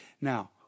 Now